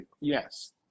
yes